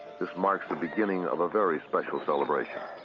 this marks the beginning of a very special celebration.